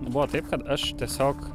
buvo taip kad aš tiesiog